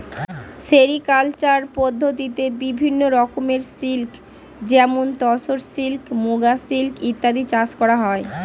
sericulture পদ্ধতিতে বিভিন্ন রকমের সিল্ক যেমন তসর সিল্ক, মুগা সিল্ক ইত্যাদি চাষ করা হয়